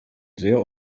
sehr